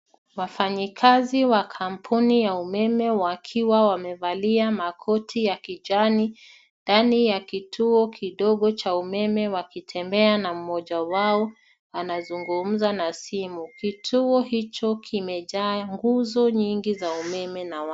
Wafanyikazi wa kampuni ya umeme wakiwa wamevalia makoti ya kijani ndani ya kituo kidogo cha umeme wakitembea na mmoja wao anazungumza na simu. Kituo hicho kimejaa nguzo nyingi za umeme na waya.